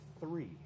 three